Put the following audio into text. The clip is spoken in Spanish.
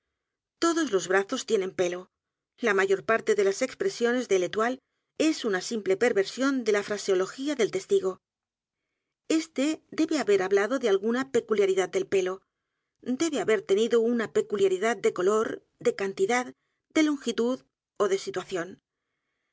todos los brazos tienen pelo la mayor parte de las expresiones de uétoile es una simple perversión de la fraseología del testigo este debe haber hablado de alguna peculiaridad del pelo debe haber tenido una peculiaridad de olor de cantidad de longitud ó de situación